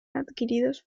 adquiridos